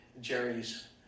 Jerry's